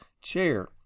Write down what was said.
chair